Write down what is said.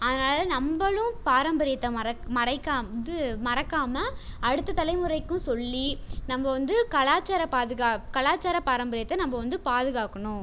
அதனால் நம்மளும் பாரம்பரியத்தை மறக் மறைக்கா இது மறக்காமல் அடுத்த தலைமுறைக்கும் சொல்லி நம்ம வந்து கலாச்சார பாதுகா கலாச்சார பாரம்பரியத்தை நம்ம வந்து பாதுகாக்கணும்